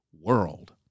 world